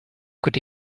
could